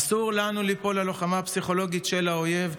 אסור לנו ליפול ללוחמה הפסיכולוגית של האויב,